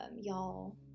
y'all